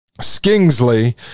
Skingsley